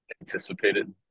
anticipated